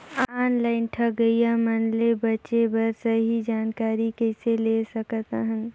Online ठगईया मन ले बांचें बर सही जानकारी कइसे ले सकत हन?